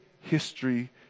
history